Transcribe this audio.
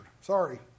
Sorry